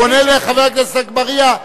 הוא עונה לחבר הכנסת אגבאריה.